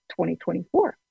2024